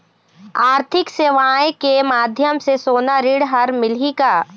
आरथिक सेवाएँ के माध्यम से सोना ऋण हर मिलही का?